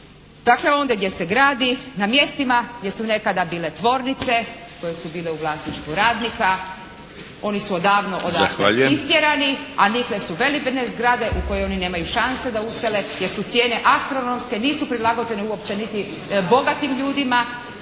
dakle ondje gdje se gradi na mjestima gdje su nekada bile tvornice koje su bile u vlasništvu radnika oni su odavno odande istjerani a nikle su velebne zgrade u koje oni nemaju šanse da usele jer su cijene astronomske, nisu prilagođene uopće niti bogatim ljudima,